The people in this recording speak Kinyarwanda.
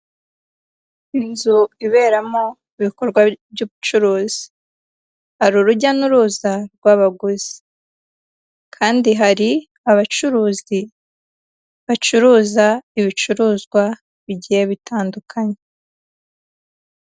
Inzu iberamo ibikorwa by'ubucuruzi hari urujya n'uruza rw'abaguzi kandi hari abacuruzi bacuruza ibicuruzwa bigiye bitandukanye.